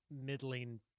middling